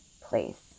place